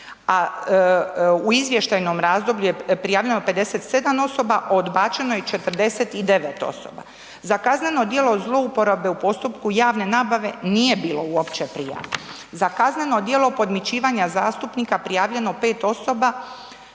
u izvještajnom razdoblju je prijavljeno 57 osoba a odbačeno je 49 osoba. Za kazneno djelo zlouporabe u postupku javne nabave, nije bilo uopće prijava. Za kazneno djelo podmićivanja zastupnika prijavljeno 5 osoba